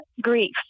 grief